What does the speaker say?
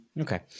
Okay